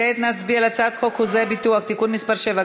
כעת נצביע על הצעת חוק חוזה הביטוח (תיקון מס' 7)